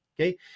okay